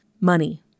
money